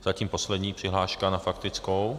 Zatím poslední přihláška na faktickou.